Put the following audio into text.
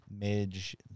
Midge